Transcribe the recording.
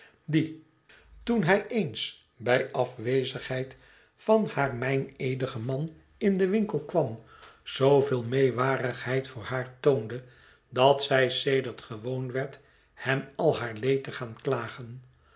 die toen hij eens bij afwezigheid van haar meineedigen man in den winkel kwam zooveel meewarigheid voor haar toonde dat zij sedert gewoon werd hem al haar leed te gaan klagen